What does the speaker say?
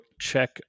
check